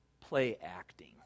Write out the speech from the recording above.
play-acting